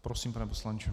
Prosím, pane poslanče.